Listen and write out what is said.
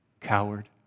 coward